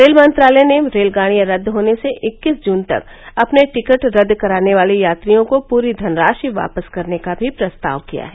rail मंत्रालय ने रेलगाड़ियां रद्द होने से इक्कीस जून तक अपने टिकट रद्द कराने वाले यात्रियों को पूरी धनराशि वापस करने का भी प्रस्ताव किया है